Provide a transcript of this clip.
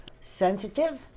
sensitive